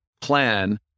plan